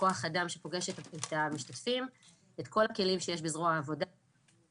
כוח אדם שפוגש את המשתתפים את כל הכלים שיש לזרוע העבודה בתעסוקה,